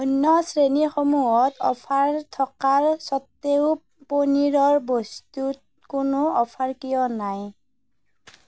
অন্য শ্ৰেণীসমূহত অফাৰ থকা স্বত্তেও পনীৰৰ বস্তুত কোনো অফাৰ কিয় নাই